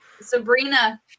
Sabrina